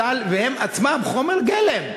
משל הם עצמם חומר גלם.